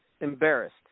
embarrassed